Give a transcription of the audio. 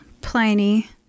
Pliny